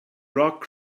rock